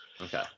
Okay